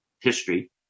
history